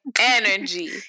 energy